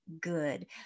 good